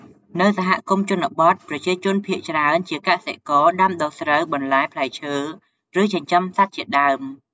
នៅសហគមន៍ជនបទប្រជាជនភាគច្រើនជាកសិករ ដាំដុះស្រូវ បន្លែ ផ្លែឈើ ឬចិញ្ចឹមសត្វជាដើម។